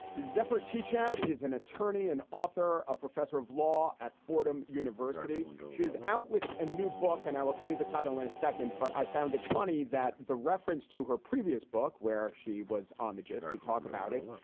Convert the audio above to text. zephyr teachout is an attorney and author, a professor of law at fordham university. she is out with a new book and i will tell you the title in a second. but i found it funny that the reference to her previous book, where she was on the just to talk about it,